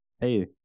Hey